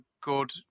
good